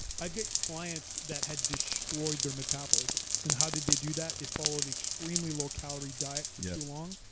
i'd get clients that had destroyed their metabolism. and how did they do that? they followed extremely low calorie diet for too long,